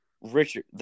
Richard